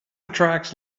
attracts